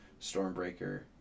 Stormbreaker